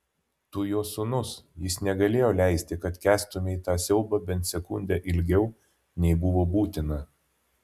tu jo sūnus jis negalėjo leisti kad kęstumei tą siaubą bent sekundę ilgiau nei buvo būtina